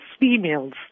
females